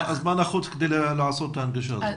מה נחוץ כדי לעשות את ההנגשה הזו?